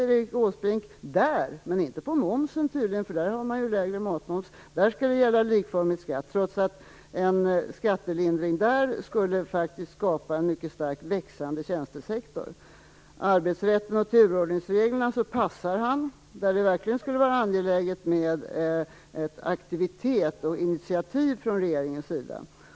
Erik Åsbrink, där - men inte beträffande momsen tydligen, för matmomsen är ju lägre - där skall likformig skatt gälla, trots att en skattelindring där faktiskt skulle skapa en mycket starkt växande tjänstesektor. Vad gäller arbetsrätten och turordningsreglerna passar han, trots att det är ett område där det verkligen skulle vara angeläget med aktivitet och initiativ från regeringen.